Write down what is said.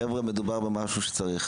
חבר'ה, מדובר במשהו שצריך.